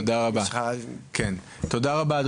תודה רבה,